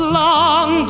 long